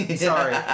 sorry